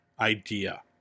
idea